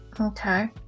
okay